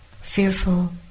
fearful